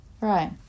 Right